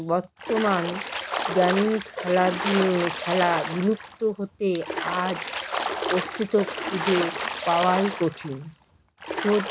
বর্তমান গ্রামীণ খেলাধুল খেলা বিলুপ্ত হতে আজ অস্তিত্ব খুঁজে পাওয়াই কঠিন খোদ